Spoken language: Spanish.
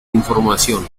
información